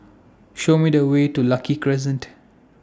Show Me The Way to Lucky Crescent